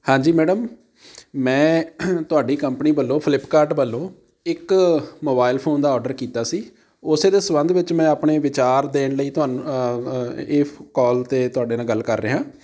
ਹਾਂਜੀ ਮੈਡਮ ਮੈਂ ਤੁਹਾਡੀ ਕੰਪਨੀ ਵੱਲੋਂ ਫਲਿੱਪਕਾਰਟ ਵੱਲੋਂ ਇੱਕ ਮੋਬਾਈਲ ਫੋਨ ਦਾ ਔਡਰ ਕੀਤਾ ਸੀ ਉਸੇ ਦੇ ਸੰਬੰਧ ਵਿੱਚ ਮੈਂ ਆਪਣੇ ਵਿਚਾਰ ਦੇਣ ਲਈ ਤੁਹਾਨੂੰ ਇਹ ਕੋਲ 'ਤੇ ਤੁਹਾਡੇ ਨਾਲ ਗੱਲ ਕਰ ਰਿਹਾ